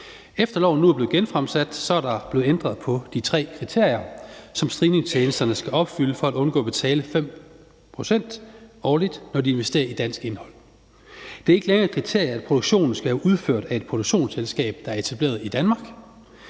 lovforslaget nu er blevet genfremsat, er der blevet ændret på de tre kriterier, som streamingtjenesterne skal opfylde for at undgå at betale 5 pct. årligt, når de investerer i dansk indhold. Det er ikke længere et kriterie, at produktionen skal være udført af et produktionsselskab, der er etableret i Danmark.